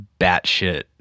batshit